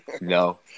No